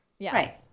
Right